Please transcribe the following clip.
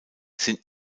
sind